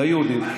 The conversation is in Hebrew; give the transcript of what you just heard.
ליהודים,